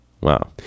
Wow